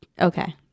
Okay